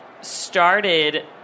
started